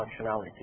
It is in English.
functionality